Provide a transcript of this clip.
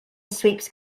sweeps